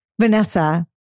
Vanessa